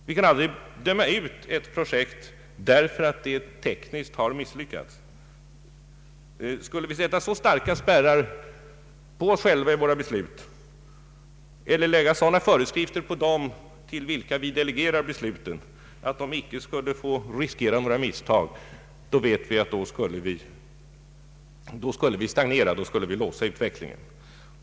Vi kan aldrig döma ut ett projekt därför att det tekniskt har misslyckats. Skulle vi sätta så starka spärrar på oss själva, när vi skall fatta beslut, eller lägga sådana föreskrifter på dem till vilka vi delegerar besluten, att man inte vågar riskera att göra några misstag, då skulle vi stagnera, vi skulle låsa utvecklingen.